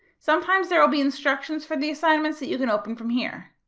sometimes there will be instructions for the assignments that you can open from here.